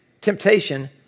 temptation